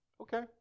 Okay